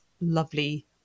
lovely